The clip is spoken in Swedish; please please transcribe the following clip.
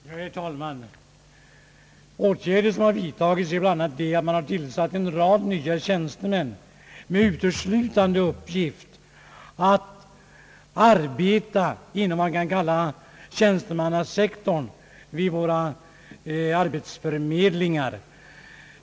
Herr talman! De åtgärder som har vidtagits är bl.a. att man har tillsatt en rad nya tjänstemän med uteslutande uppgift att arbeta inom vad man kan kalla tjänstemannasektorn vid våra arbetsförmedlingar.